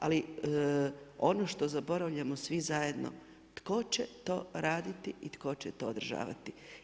Ali ono što zaboravljamo svi zajedno tko će to raditi i tko će to održavati?